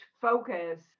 focus